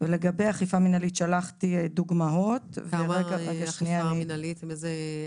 לגבי אכיפה מנהלית שלחתי דוגמאות ליועצת המשפטית.